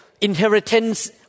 inheritance